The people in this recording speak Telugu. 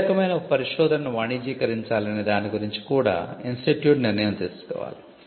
ఏ రకమైన పరిశోధనను వాణిజ్యీకరించాలి అనే దాని గురించి కూడా ఇన్స్టిట్యూట్ నిర్ణయం తీసుకోవాలి